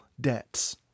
debts